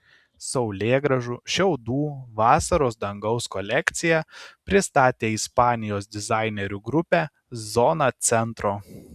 saulėgrąžų šiaudų vasaros dangaus kolekciją pristatė ispanijos dizainerių grupė zona centro